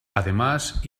además